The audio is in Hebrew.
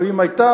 או אם היתה,